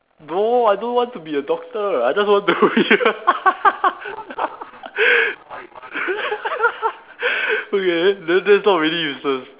no I don't want to be a doctor I just want to be a okay then then that's not really useless